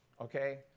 okay